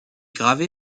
gravée